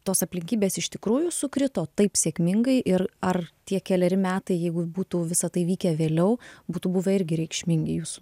tos aplinkybės iš tikrųjų sukrito taip sėkmingai ir ar tie keleri metai jeigu būtų visa tai vykę vėliau būtų buvę irgi reikšmingi jūsų